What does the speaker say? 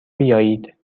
بیایید